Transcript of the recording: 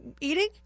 eating